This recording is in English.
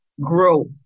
growth